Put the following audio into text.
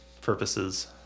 purposes